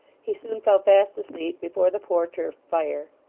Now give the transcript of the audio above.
he soon fell fast asleep before the poor turf fire.